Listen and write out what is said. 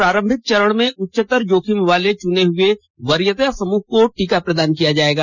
प्रारंभिक चरण में उच्च तर जोखिम वाले चुने हुए वरीयता समूहों को टीका प्रदान किया जाएगा